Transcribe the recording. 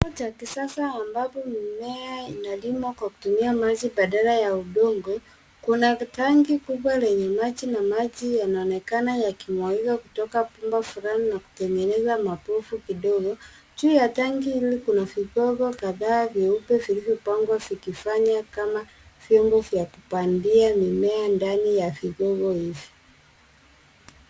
Mfumo cha kisasa ambapo mimea ina limwa kwa kutumia maji badala ya udongo, kuna tanki kubwa lenye maji na maji yanaonekana yaki mwagika kutoka pumbo flani na kutengeneza mapovu kidogo. Juu ya tanki hili kuna vigogo kadhaa vieupe vilivyo pangwa vikifanya kama vyombo vya kupandia mimea ndani ya vigogo hivyo.